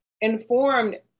informed